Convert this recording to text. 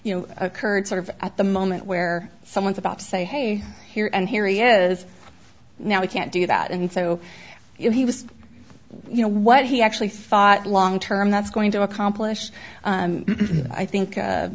you know occurred sort of at the moment where someone's about to say hey here and here he is now we can't do that and so he was you know what he actually thought long term that's going to accomplish i think